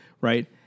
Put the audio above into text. right